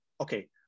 Okay